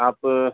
آپ